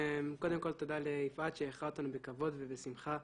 קודם כל תודה ליפעת שאירחה אותנו בכבוד ובשמחה.